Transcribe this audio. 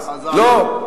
לא,